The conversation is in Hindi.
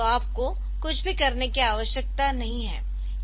तो आपको कुछ भी करने की आवश्यकता नहीं है